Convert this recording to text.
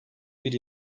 bir